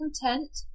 content